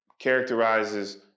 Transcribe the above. characterizes